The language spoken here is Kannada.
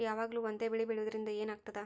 ಯಾವಾಗ್ಲೂ ಒಂದೇ ಬೆಳಿ ಬೆಳೆಯುವುದರಿಂದ ಏನ್ ಆಗ್ತದ?